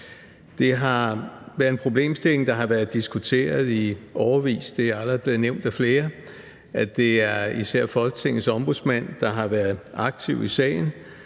Det er en problemstilling, der har været diskuteret i årevis. Det er allerede blevet nævnt af flere, at det især er Folketingets Ombudsmand, der har været aktiv i sagen,